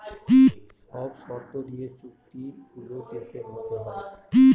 সব শর্ত দিয়ে চুক্তি গুলো দেশের মধ্যে হয়